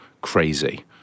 crazy